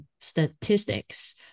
statistics